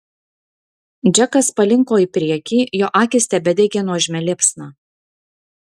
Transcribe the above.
džekas palinko į priekį jo akys tebedegė nuožmia liepsna